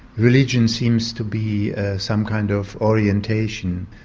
religion seems to be some kind of orientation.